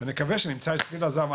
ונקווה שנמצא את שביל הזהב.